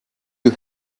you